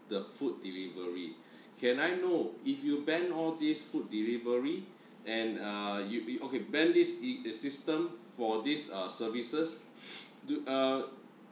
the food delivery can I know if you ban all this food delivery and uh you'd okay ban this system for this uh services do uh